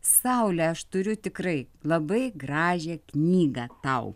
saule aš turiu tikrai labai gražią knygą tau